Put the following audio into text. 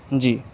جی